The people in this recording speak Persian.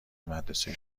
مدرسه